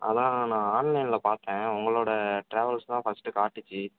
அதான் நான் ஆன்லைனில் பார்த்தேன் உங்களோட டிராவல்ஸ் தான் ஃபர்ஸ்ட்டு காட்டுச்சு